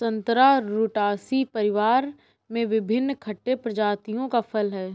संतरा रुटासी परिवार में विभिन्न खट्टे प्रजातियों का फल है